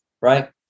right